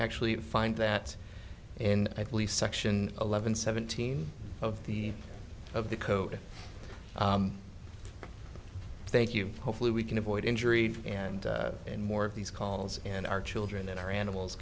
actually find that in at least section eleven seventeen of the of the code thank you hopefully we can avoid injury and in more of these calls and our children and our animals